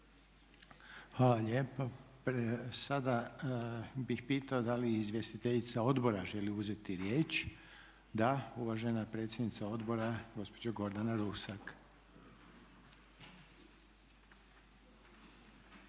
Hvala lijepa. Sada bih pitao da li izvjestiteljica odbora želi uzeti riječ? Da. Uvažena predsjednica odbora gospođa Gordana Rusak.